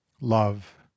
love